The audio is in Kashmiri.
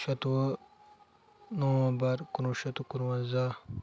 شَتوُہ نومبر کُنوُہ شیٚتھ تہٕ کُنوَنزاہ